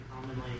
commonly